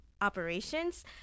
operations